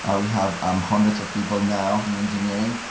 ah we have um hundreds of people now in engineering.